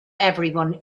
everyone